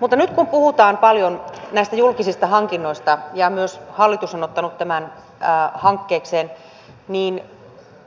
mutta nyt kun puhutaan paljon näistä julkisista hankinnoista ja myös hallitus on ottanut tämän hankkeekseen niin